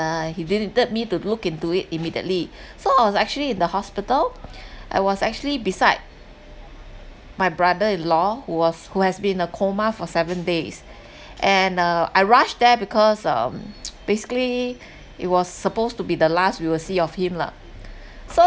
uh he nee~ needed me to look into it immediately so I was actually in the hospital I was actually beside my brother in law who was who has been in a coma for seven days and uh I rushed there because um basically it was supposed to be the last we will see of him lah so